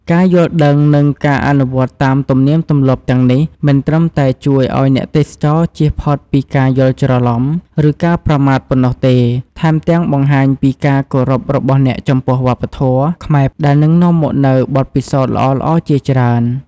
ការយល់ដឹង និងការអនុវត្តន៍តាមទំនៀមទម្លាប់ទាំងនេះ មិនត្រឹមតែជួយឱ្យអ្នកទេសចរជៀសផុតពីការយល់ច្រឡំ ឬការប្រមាថប៉ុណ្ណោះទេ ថែមទាំងបង្ហាញពីការគោរពរបស់អ្នកចំពោះវប្បធម៌ខ្មែរ ដែលនឹងនាំមកនូវបទពិសោធន៍ល្អៗជាច្រើន។